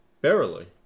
barely